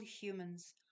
humans